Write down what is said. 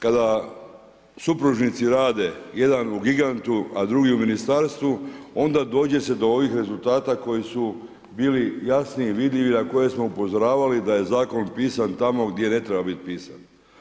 Kada supružnici rade jedan u gigantu, a drugi u ministarstvu onda dođe se do ovih rezultata koji su bili jasni i vidljivi, na koje smo upozoravali da je zakon pisan tamo gdje ne treba bit pisan.